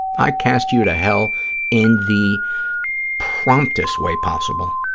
i cast you to hell in the promptest way possible.